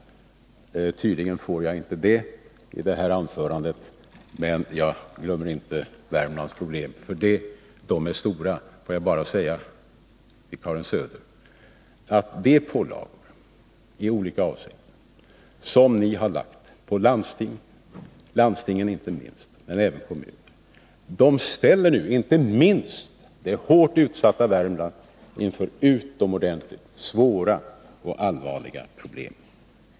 Tydligen får jag inte det i det här anförandet. Men jag vill slå fast att Värmlands problem är stora. Jag vill bara säga till Karin Söder: De pålagor som ni i olika avseenden har lagt på landstingen och kommunerna ställer nu inte minst det hårt utsatta Värmland inför utomordenligt svåra och allvarliga problem.